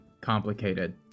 complicated